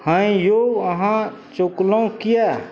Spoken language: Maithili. हँ यौ अहाँ चौकलहुँ किएक